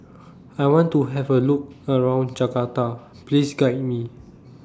I want to Have A Look around Jakarta Please Guide Me